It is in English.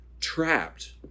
trapped